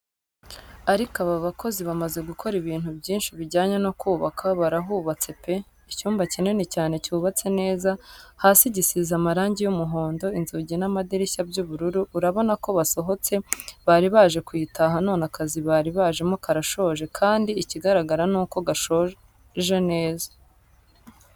Ariko aba bakozi bamaze gukora ibintu byinshi bijyanye no kubaka, barahubatse pe! Icyumba kinini cyane cyubatse neza, hasi gisize amarangi y'umuhondo, inzugi n'amadirishya by'ubururu, urabona ko basohotse bari baje kuyitaha none akazi bari bajemo karashoje kandi ikigaragara nuko gashoje neza.